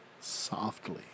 Softly